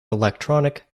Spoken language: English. electronic